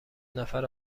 نفر